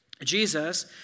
Jesus